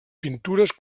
pintures